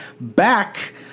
back